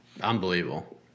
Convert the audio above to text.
Unbelievable